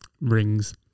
Rings